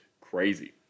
crazy